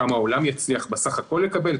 כמה העולם יצליח בסך הכול לקבל,